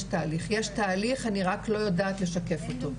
יש תהליך, יש תהליך, אני רק לא יודעת לשקף אותו.